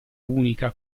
unica